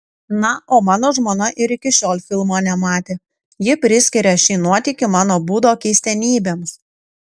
na o mano žmona ir iki šiol filmo nematė ji priskiria šį nuotykį mano būdo keistenybėms